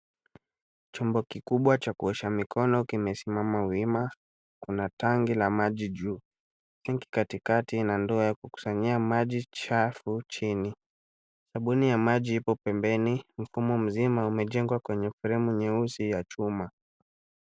Chombo kikubwa cha kuosha mikono kimesimama wima. Kuna tanki la maji juu, sink katikati na ndoo ya kukusanyia maji chafu chini. Sabuni ya maji ipo pembeni. Mfumo mzima umejengwa kwenye fremu nyeusi ya chuma.